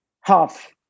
half